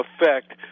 effect